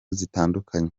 zitandukanye